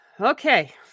Okay